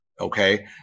Okay